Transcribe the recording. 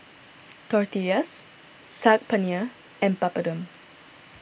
Tortillas Saag Paneer and Papadum